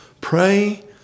pray